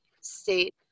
state